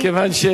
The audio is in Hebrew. כיוון,